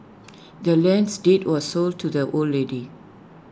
the land's deed was sold to the old lady